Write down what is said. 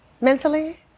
Mentally